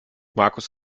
markus